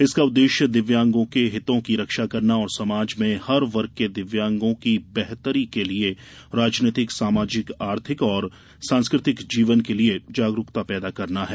इसका उद्देश्य दिव्यांगों के हितों की रक्षा करना और समाज में हर वर्ग के दिव्यांगों की बेहतरी के लिए राजनीतिक सामाजिक आर्थिक और सांस्कृतिक जीवन के लिए जागरूकता पैदा करना है